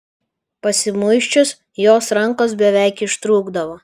pasimuisčius jos rankos beveik ištrūkdavo